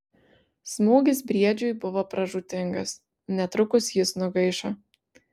smūgis briedžiui buvo pražūtingas netrukus jis nugaišo